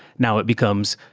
now it becomes,